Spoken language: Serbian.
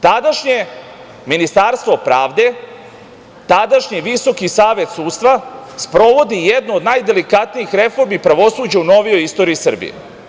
Tadašnje ministarstvo pravde, tadašnji VSS sprovodi jednu od najdelikatnijih reformi u pravosuđu u novijoj istoriji Srbije.